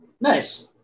Nice